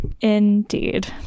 indeed